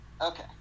Okay